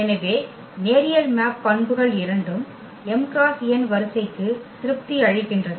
எனவே நேரியல் மேப் பண்புகள் இரண்டும் m × n வரிசைக்கு திருப்தி அளிக்கின்றன